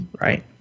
Right